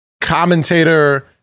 commentator